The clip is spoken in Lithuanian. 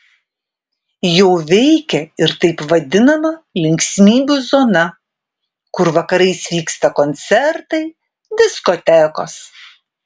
jau veikia ir taip vadinama linksmybių zona kur vakarais vyksta koncertai diskotekos